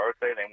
birthday